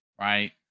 Right